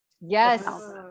Yes